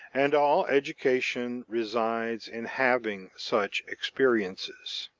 and all education resides in having such experiences.